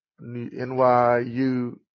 nyu